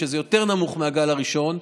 שזה יותר נמוך מהגל הראשון,